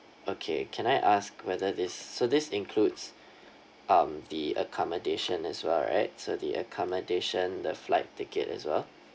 okay can I ask whether this so this includes um the accommodation as well right so the accommodation the flight ticket as well